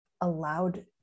allowed